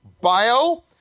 bio